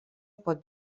pot